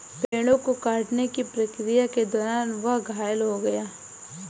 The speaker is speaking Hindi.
पेड़ों को काटने की प्रक्रिया के दौरान वह घायल हो गया